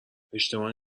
اشتباه